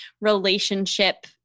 relationship